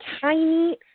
tiny